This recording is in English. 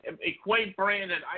Equate-branded